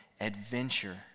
adventure